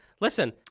listen